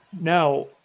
Now